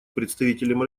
представителем